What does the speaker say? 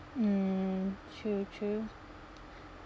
mm true true